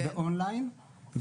זה אונליין.